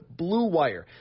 BLUEWIRE